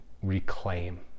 reclaim